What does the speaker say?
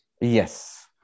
Yes